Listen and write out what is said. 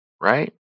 Right